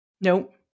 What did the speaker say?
Nope